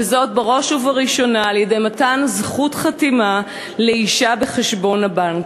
זאת בראש וראשונה על-ידי מתן זכות חתימה לאישה בחשבון הבנק.